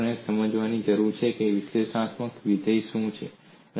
તેથી આપણે સમજવાની જરૂર છે વિશ્લેષણાત્મક વિધેય શું છે